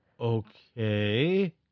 Okay